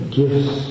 gifts